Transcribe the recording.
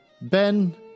Ben